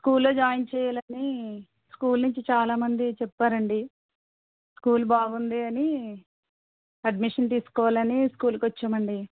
school లో join చెయ్యాలని school నుంచి చాలామంది చెప్పారండి స్కూల్ బాగుంది అని అడ్మిషన్ తీసుకోవాలని స్కూల్కు వచ్చామండి